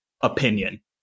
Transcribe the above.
opinion